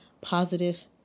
positive